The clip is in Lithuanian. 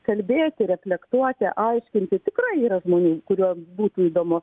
kalbėti reflektuoti aiškinti tikrai yra žmonių kuriems būtų įdomu